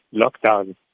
lockdown